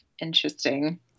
interesting